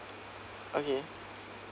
okay